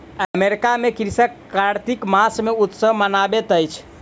America में कृषक कार्तिक मास मे उत्सव मनबैत अछि